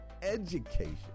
education